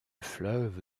fleuve